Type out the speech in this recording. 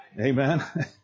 amen